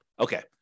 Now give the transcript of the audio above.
Okay